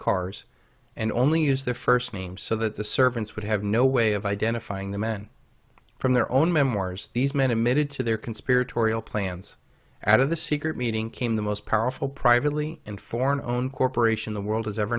cars and only use their first name so that the servants would have no way of identifying the men from their own memoirs these men admitted to their conspiratorial plans out of the secret meeting came the most powerful privately and foreign owned corporation the world has ever